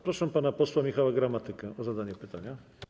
Proszę pana posła Michała Gramatykę o zadanie pytania.